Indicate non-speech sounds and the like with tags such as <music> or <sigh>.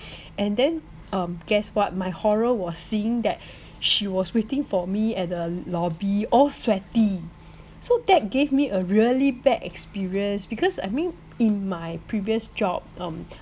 <breath> and then um guess what my horror was seeing that she was waiting for me at the lobby all sweaty so that gave me a really bad experience because I mean in my previous job um